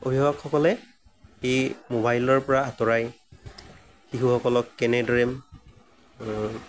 অভিভাৱকসকলে এই মোবাইলৰ পৰা আতঁৰাই শিশুসকলক কেনেদৰে